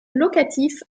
locatif